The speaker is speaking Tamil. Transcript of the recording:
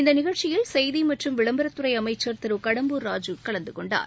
இந்த நிகழ்ச்சியில் செய்தி மற்றும் விளம்பரத்துறை அமைச்சர் திரு கடம்பூர் ராஜூ கலந்துகொண்டார்